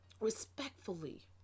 respectfully